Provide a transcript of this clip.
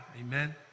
Amen